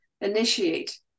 initiate